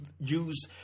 use